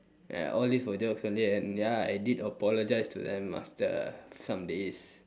ya all these for jokes only and ya I did apologise to them after some days